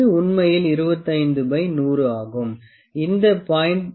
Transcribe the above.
இது உண்மையில் 25100 ஆகும் இந்த 0